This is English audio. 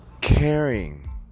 Caring